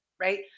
Right